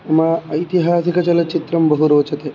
मम ऐतिहासिकचलच्चित्रं बहु रोचते